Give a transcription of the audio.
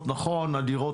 דיגיטלי,